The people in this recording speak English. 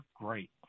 great